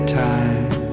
time